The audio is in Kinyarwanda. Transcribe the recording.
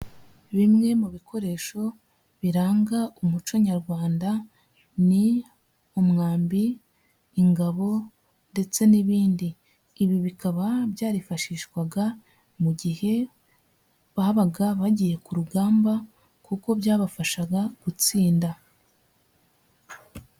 Bimwe mu bikoresho biranga umuco Nyarwanda ni umwambi, ingabo ndetse n'ibindi. Ibi bikaba byarifashishwaga mu gihe babaga bagiye ku rugamba kuko byabafashaga gutsinda.